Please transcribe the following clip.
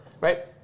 Right